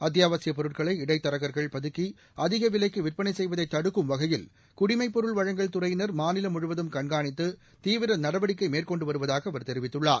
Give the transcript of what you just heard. அத்தியாவசியப் பொருட்களை இடைத்தரகா்கள் பதுக்கி அதிக விலைக்கு விற்பனை செய்வதை தடுக்கும் வகையில் குடிமைப்பொருள் வழங்கல் துறையினா் மாநிலம் முழுவதும் கண்காணித்து தீவிர நடவடிக்கை மேற்கொண்டு வருவதாக அவர் தெரிவித்துள்ளார்